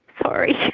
sorry,